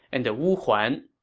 and the wuhuan.